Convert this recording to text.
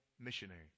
missionary